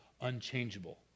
unchangeable